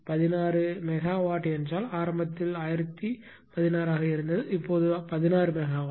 16 megawatt என்றால் ஆரம்பத்தில் 1016 ஆக இருந்தது இப்போது 16 மெகாவாட்